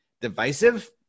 divisive